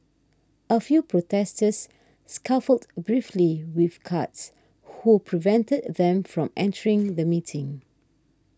a few protesters scuffled briefly with cards who prevented them from entering the meeting